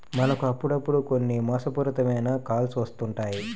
మనకు అప్పుడప్పుడు కొన్ని మోసపూరిత మైన కాల్స్ వస్తుంటాయి